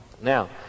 Now